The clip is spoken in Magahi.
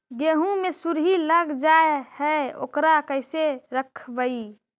गेहू मे सुरही लग जाय है ओकरा कैसे रखबइ?